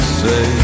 say